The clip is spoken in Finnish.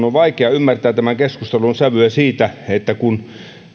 on vaikea ymmärtää tämän keskustelun sävyä että kun